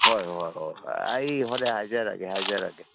ꯍꯣꯏ ꯍꯣꯏ ꯍꯣꯏ ꯍꯣꯏ ꯑꯩ ꯍꯣꯔꯦꯟ ꯍꯥꯏꯖꯔꯒꯦ ꯍꯥꯏꯖꯔꯒꯦ